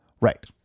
Right